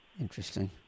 Interesting